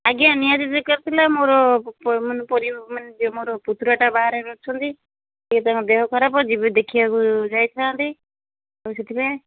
ଆଜ୍ଞା ନିହାତି ଦରକାର ଥିଲା ମୋର ମୋର ପୁତୁରାଟା ବାହାରେ ଅଛନ୍ତି ସେ ତାଙ୍କ ଦେହ ଖରାପ ଯିବି ଦେଖିବାକୁ ଯାଇଥାନ୍ତି ଆଉ ସେଥିପାଇଁ